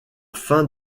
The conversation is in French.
fin